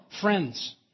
friends